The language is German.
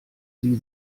sie